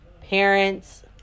parents